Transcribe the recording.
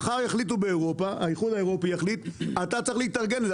אם מחר האיחוד האירופי יחליט אתה צריך להתארגן לזה.